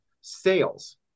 sales